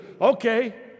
Okay